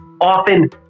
often